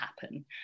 happen